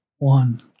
One